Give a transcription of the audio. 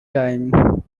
time